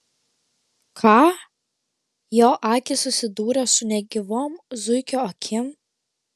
ką jo akys susidūrė su negyvom zuikio akim